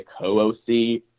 co-OC